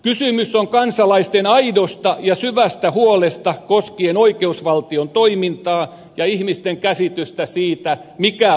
kysymys on kansalaisten aidosta ja syvästä huolesta koskien oikeusvaltion toimintaa ja ihmisten käsitystä siitä mikä on oikein